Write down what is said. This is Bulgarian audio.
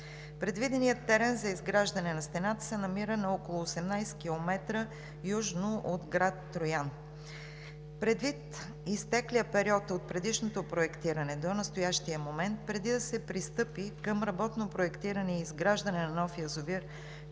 Предвиденият терен за изграждането на стената се намира на около 18 км южно от град Троян. Предвид изтеклия период – от предишното проектиране до настоящия момент, и преди да се пристъпи към работно проектиране и изграждане на нов язовир